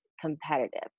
Competitive